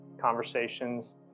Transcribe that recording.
conversations